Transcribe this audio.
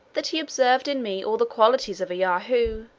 that he observed in me all the qualities of a yahoo,